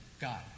God